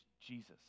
Jesus